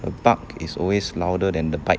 the bark is always louder than the bite